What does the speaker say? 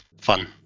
fun